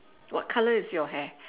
what colour is your hair